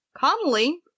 Connolly